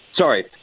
sorry